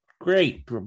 Great